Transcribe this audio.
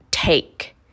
Take